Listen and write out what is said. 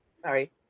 Sorry